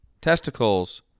Testicles